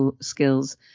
skills